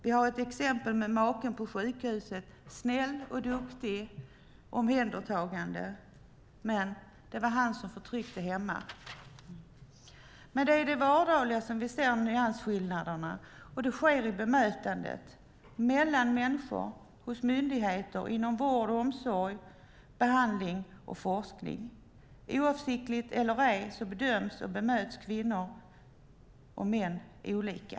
Vi har exemplet med maken på sjukhuset - snäll, duktig och omhändertagande, men det var han som förtryckte hemma. Det är i det vardagliga som vi ser nyansskillnaderna. Det sker i bemötandet, mellan människor, hos myndigheter, inom vård och omsorg och i behandling och forskning. Avsiktligt eller ej bemöts kvinnor och män olika.